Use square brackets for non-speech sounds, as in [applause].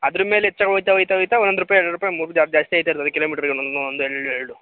ಅದ್ರ ಮೇಲೆ ಹೆಚ್ಚಾಗ್ ಹೋಯ್ತಾ ಹೋಯ್ತಾ ಹೋಯ್ತಾ ಒನೊಂದು ರೂಪಾಯಿ ಎರಡೆರಡು ರೂಪಾಯಿ [unintelligible] ಜಾಸ್ತಿ ಆಯ್ತದೆ ಅದೆ ಕಿಲೋಮೀಟ್ರಗೆ ಒಂದೊಂದು ಒಂದು ಎರಡೆರಡು ಎರಡು